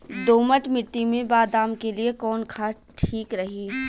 दोमट मिट्टी मे बादाम के लिए कवन खाद ठीक रही?